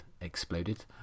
exploded